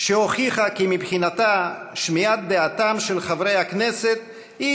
שהוכיחה כי מבחינתה שמיעת דעתם של חברי הכנסת היא